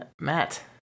Matt